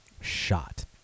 shot